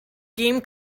game